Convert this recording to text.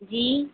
जी